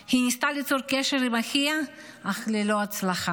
היא ניסתה ליצור קשר עם אחיה, אך ללא הצלחה.